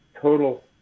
total